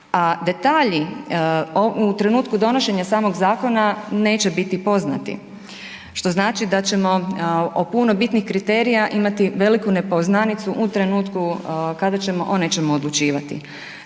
detalji u trenutku donošenja samog zakona neće biti poznati, što znači da ćemo o puno bitnih kriterija imati veliku nepoznanicu u trenutku kada ćemo o nečemu odlučivati.